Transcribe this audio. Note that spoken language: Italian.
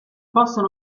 possono